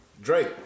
Drake